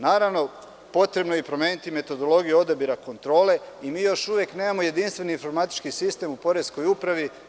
Naravno, potrebno je i promeniti metodologiju odabira kontrole i mi još uvek nemamo jedinstveni informatički sistem u poreskoj upravi.